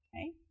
Okay